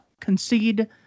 concede